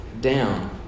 down